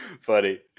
Funny